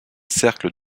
cercles